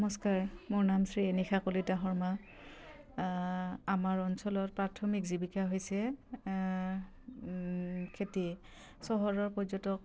নমস্কাৰ মোৰ নাম শ্ৰী এনিশা কলিতা শৰ্মা আমাৰ অঞ্চলত প্ৰাথমিক জীৱিকা হৈছে খেতি চহৰৰ পৰ্যটক